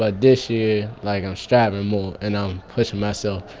but this year, like, i'm striving more, and i'm pushing myself.